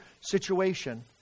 situation